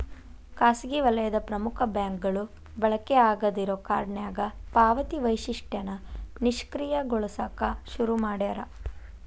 ಖಾಸಗಿ ವಲಯದ ಪ್ರಮುಖ ಬ್ಯಾಂಕ್ಗಳು ಬಳಕೆ ಆಗಾದ್ ಇರೋ ಕಾರ್ಡ್ನ್ಯಾಗ ಪಾವತಿ ವೈಶಿಷ್ಟ್ಯನ ನಿಷ್ಕ್ರಿಯಗೊಳಸಕ ಶುರು ಮಾಡ್ಯಾರ